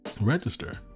register